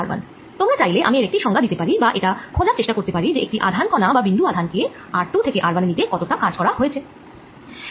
তোমরা চাইলে আমি এর একটি সংজ্ঞা দিতে পারি বা এটা খোঁজার চেষ্টা করতে পারি যে একটি আধান কণা বা বিন্দু আধান কে r2 থেকে r1 এ নিতে কত টা কাজ করা হয়েছে